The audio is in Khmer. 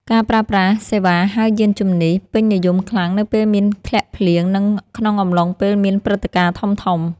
ការប្រើប្រាស់សេវាហៅយានជំនិះ ពេញនិយមខ្លាំងនៅពេលមានធ្លាក់ភ្លៀង និងក្នុងអំឡុងពេលមានព្រឹត្តិការណ៍ធំៗ។